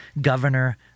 governor